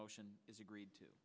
motion is agreed to